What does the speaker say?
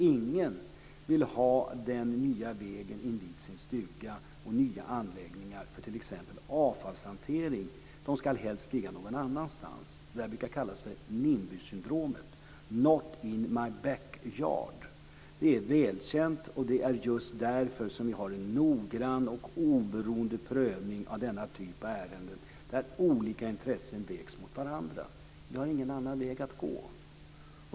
Ingen vill ha den nya vägen eller nya anläggningar för t.ex. avfallshantering invid sin stuga. De ska helst ligga någon annanstans. Det brukar kallas för NIMBY-syndromet - not in my backyard. Det är välkänt. Det är därför vi har en noggrann och oberoende prövning av denna typ av ärenden, där olika intressen vägs mot varandra. Vi har ingen annan väg att gå.